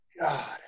God